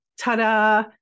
ta-da